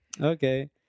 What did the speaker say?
Okay